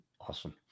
Awesome